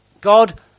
God